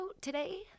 today